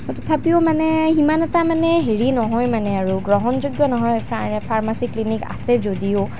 তথাপিও মানে সিমান এটা মানে হেৰি নহয় মানে আৰু গ্ৰহণযোগ্য নহয় আৰু ফাৰ্মাচী ক্লিনিক আছে যদিও